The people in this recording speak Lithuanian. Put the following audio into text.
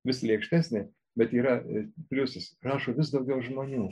vis lėkštesnė bet yra i pliusas rašo vis daugiau žmonių